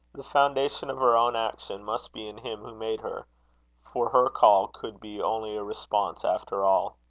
the foundation of her own action must be in him who made her for her call could be only a response after all.